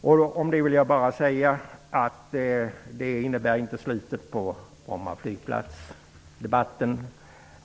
Om det vill jag bara säga att detta inte kommer att innebära slutet på debatten om Bromma flygplats.